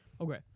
Okay